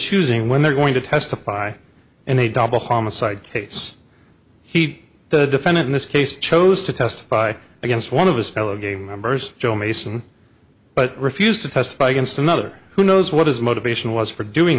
choosing when they're going to testify in a double homicide case he the defendant in this case chose to testify against one of his fellow game bers joe mason but refused to testify against another who knows what his motivation was for doing